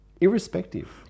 irrespective